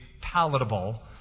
palatable